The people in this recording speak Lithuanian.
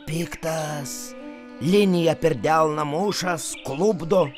piktas liniją per delną mušas klupdo